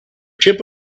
chip